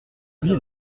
lui